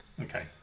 Okay